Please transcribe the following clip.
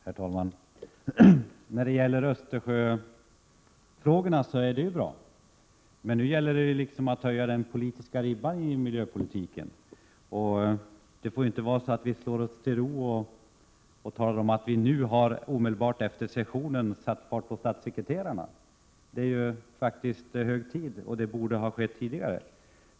Herr talman! När det gäller Östersjöfrågorna är läget bra. Men nu gäller det att liksom höja den politiska ribban i miljöpolitiken. Vi får inte slå oss till ro och hänvisa till att vi nu, omedelbart efter Nordiska rådets session, har satt fart på statssekreterarna. Det är ju faktiskt hög tid att så sker — detta borde för övrigt ha skett tidigare.